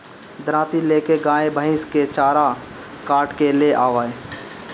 दराँती ले के गाय भईस के चारा काट के ले आवअ